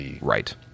Right